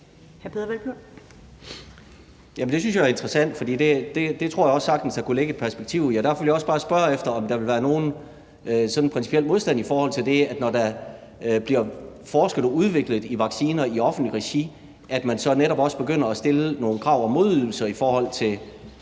Det synes jeg er interessant, for det tror jeg også sagtens der kunne ligge et perspektiv i. Derfor vil jeg også bare spørge, om der vil være nogen sådan principiel modstand mod, at man, når der bliver forsket i og udviklet vacciner i offentligt regi, så netop også begynder at stille nogle krav om modydelser i forhold til